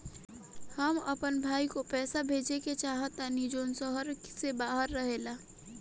हम अपन भाई को पैसा भेजे के चाहतानी जौन शहर से बाहर रहेला